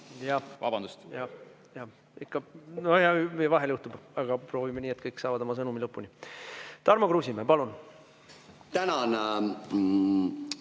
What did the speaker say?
Jah, ikka vahel juhtub, aga proovime nii, et kõik saavad oma sõnumi lõpuni öelda. Tarmo Kruusimäe, palun!